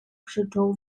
krzyczą